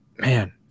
Man